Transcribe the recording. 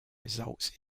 results